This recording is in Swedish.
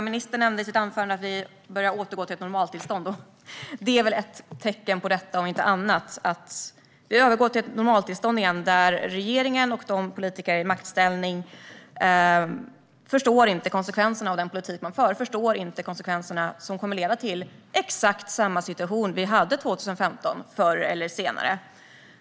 Ministern nämnde i sitt anförande att vi börjar återgå till ett normaltillstånd, och det är väl ett tecken på detta om inte annat att vi övergår till ett normaltillstånd igen där regeringen och politiker i maktställning inte förstår konsekvenserna av den politik man för och som förr eller senare kommer att leda till exakt samma situation som vi hade 2015.